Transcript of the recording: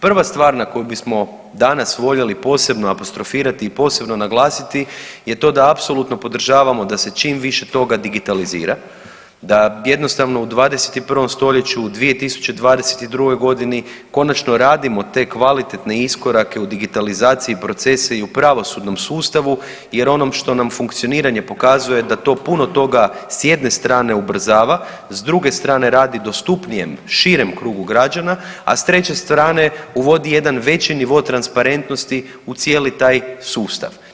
Prva stvar na koju bismo danas voljeli posebno apostrofirati i posebno naglasiti je to da apsolutno podržavamo da se čim više toga digitalizira, da jednostavno u 21. stoljeću u 2022.g. konačno radimo te kvalitetne iskorake u digitalizaciji procesa i u pravosudnom sustavu jer ono što nam funkcioniranje pokazuje da to puno toga s jedne strane ubrzava, s druge strane radi dostupnijem širem krugu građana, s treće strane uvodi jedan veći nivo transparentnosti u cijeli taj sustav.